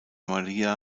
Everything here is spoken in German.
maria